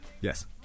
Yes